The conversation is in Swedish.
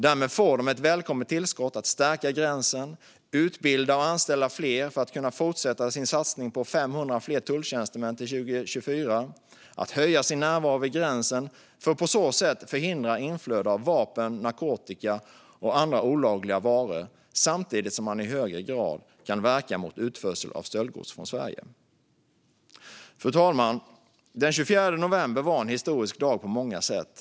Därmed får de ett välkommet tillskott för att stärka gränsen och utbilda och anställa fler, för att kunna fortsätta sin satsning på 500 fler tulltjänstemän till 2024. De kan öka sin närvaro vid gränsen, för att på så sätt förhindra inflöde av vapen, narkotika och andra olagliga varor samtidigt som de i högre grad kan verka mot utförsel av stöldgods från Sverige. Fru talman! Den 24 november var en historisk dag på många sätt.